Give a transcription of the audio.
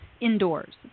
indoors